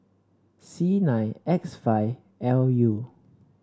C nine X five L U